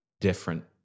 different